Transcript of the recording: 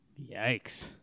Yikes